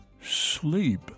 sleep